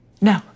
No